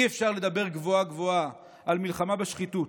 אי-אפשר לדבר גבוהה גבוהה על מלחמה בשחיתות.